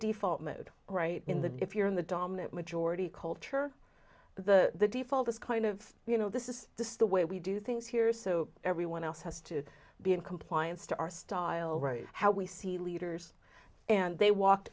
default mode right in the if you're in the dominant majority culture the default is kind of you know this is this is the way we do things here so everyone else has to be in compliance to our style right how we see leaders and they walked